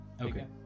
Okay